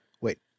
Wait